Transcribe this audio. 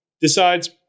decides